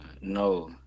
no